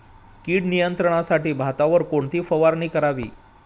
कीड नियंत्रणासाठी भातावर कोणती फवारणी करावी?